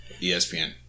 ESPN